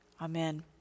Amen